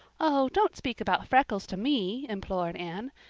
oh, don't speak about freckles to me, implored anne.